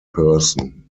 person